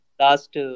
Last